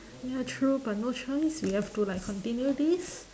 ya true but no choice we have to like continue this